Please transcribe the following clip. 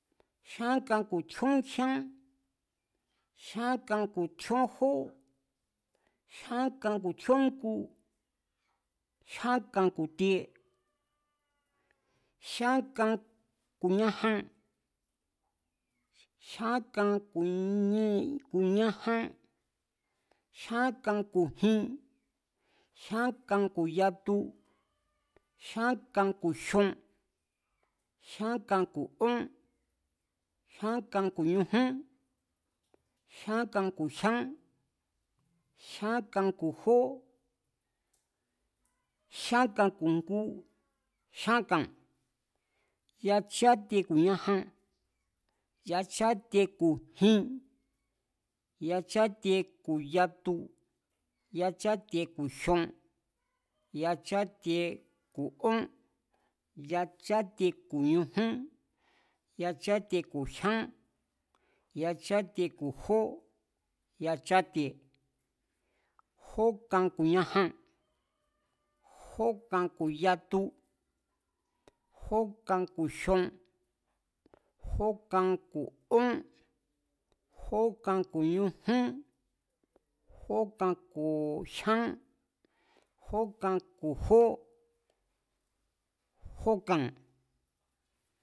Jyán kan ku̱ jyán, jyán kan ku̱ tjíón jó, jyan kan ku̱ tjíójngu, jyán kan ku̱ tie, jyán kan ku̱ ñajan, jy̱a̱n kan ku̱ ñajan, jyán kan ku̱ jin, jya̱n kan ku̱ yatu, jyán kan ku̱ jion, jyán kan ku̱ ón, jyan kan ku̱ ñujún, jyán kan ku̱ jyán, jyán kan ku̱ jó, jyan kan ku̱ jngu, jyan kan, yachátie ku̱ ñajan, yachátie ku̱ jin, yachátie ku̱ yatu, yachátie ku̱ jion, yachátie ku̱ ón, yachátie ku̱ ñujún, yachátie ku̱ jyan, yachátie ku̱ jó, yachátie ku̱ jngu, yachátie, jókan ku̱ ñajan, jókan ku̱ jin, jókan ku̱ yatu, jókan ku̱ jion, jókan ku̱ ón, jókan ku̱ ñujún, jókan ku̱ jyán, jókan ku̱ jyán, jókan ku̱ jó, jókan